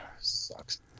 sucks